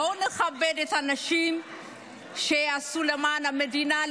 בואו נכבד את האנשים שעשו למען המדינה,